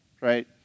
right